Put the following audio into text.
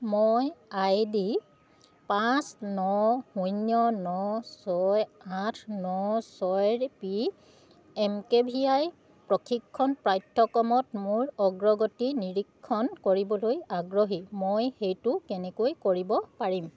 মই I D পাঁচ ন শূন্য ন ছয় আঠ ন ছয়ৰ P M K V Y প্ৰশিক্ষণ পাঠ্যক্ৰমত মোৰ অগ্ৰগতি নিৰীক্ষণ কৰিবলৈ আগ্ৰহী মই সেইটো কেনেকৈ কৰিব পাৰিম